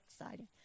exciting